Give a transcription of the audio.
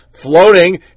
floating